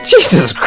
Jesus